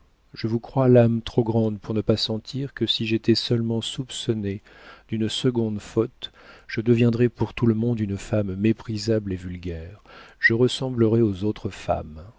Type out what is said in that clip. je vous crois l'âme trop grande pour ne pas sentir que si j'étais seulement soupçonnée d'une seconde faute je deviendrais pour tout le monde une femme méprisable et vulgaire je ressemblerais aux autres femmes